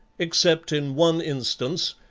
except in one instance,